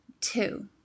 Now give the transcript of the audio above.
Two